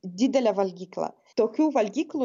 didelė valgykla tokių valgyklų